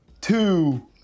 two